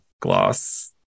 Gloss